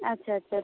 আচ্ছা আচ্ছা আচ্ছা